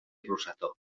rosetó